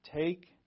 take